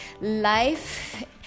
life